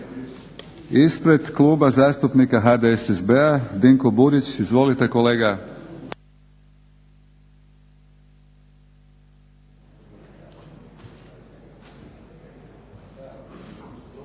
Ispred Kluba zastupnika HDDSSB-a Dinko Burić. Izvolite kolega.